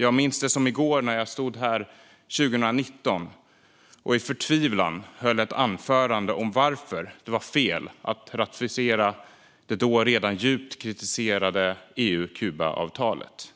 Jag minns det som i går när jag stod här 2019 och i förtvivlan höll ett anförande om varför det var fel att ratificera det redan då djupt kritiserade EU-Kuba-avtalet.